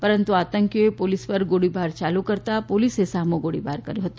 પરંતુ આંતકીઓએ પોલીસ પર ગોળીબાર ચાલુ કરતા પોલીસે સામો ગોળીબાર કર્યો હતો